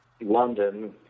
London